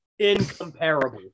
incomparable